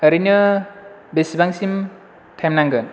ओरैनो बेसेबांसिम थाइम नांगोन